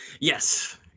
yes